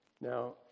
Now